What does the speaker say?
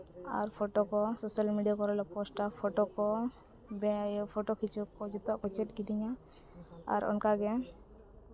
ᱟᱨ photo ᱠᱚ social media ᱠᱚᱨᱮᱞᱮ ᱯᱳᱥᱴᱼᱟ ᱯᱷᱳᱴᱳ ᱠᱚ ᱯᱷᱚᱴᱳ ᱠᱷᱤᱪᱟᱹᱣ ᱠᱚ ᱡᱚᱛᱚᱣᱟᱜ ᱠᱚ ᱪᱮᱫ ᱠᱤᱫᱤᱧᱟ ᱟᱨ ᱚᱱᱠᱟ ᱜᱮ